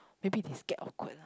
maybe they scared awkward lah